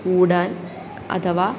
കൂടാൻ അഥവാ